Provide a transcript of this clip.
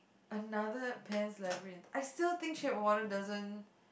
another Pan's Labyrinth I still think Shape of Water doesn't